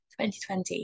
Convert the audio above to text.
2020